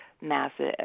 massive